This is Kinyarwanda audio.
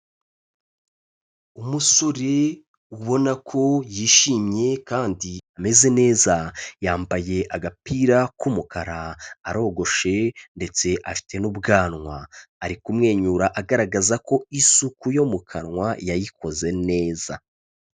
Umusore ubona ko yishimye kandi ameze neza, yambaye agapira k'umukara, arogoshe ndetse afite n'ubwanwa, ari kumwenyura agaragaza ko isuku yo mu kanwa yayikoze neza.